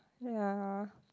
ya